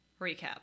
recap